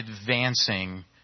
advancing